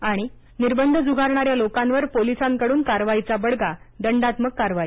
आणि निर्बंध झुगारणाऱ्या लोकांवर पोलिसांकडून कारवाईचा बडगा दंडात्मक कारवाई